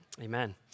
amen